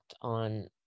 on